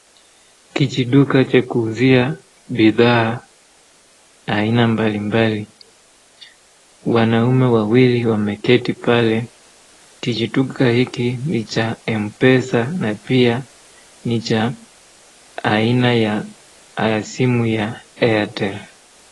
Kijiduka cha kuuzia bidhaa aina mbalimbali. Wanaume wawili wameketi pale. Kijiduka hiki ni cha Mpesa na pia ni cha aina ya simu ya Airtel.